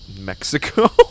Mexico